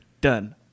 Done